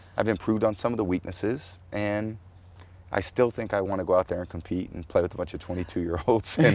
i've improved on some of the weaknesses and i still think i want to go out there and compete and play with a bunch of twenty-two year olds.